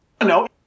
No